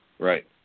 Right